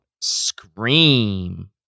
scream